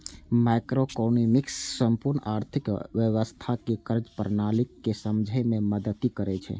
microeconomics संपूर्ण आर्थिक व्यवस्थाक कार्यप्रणाली कें समझै मे मदति करै छै